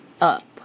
up